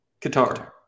Qatar